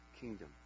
kingdom